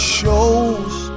show's